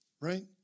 right